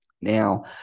Now